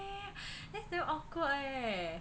that's damn awkward leh